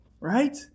right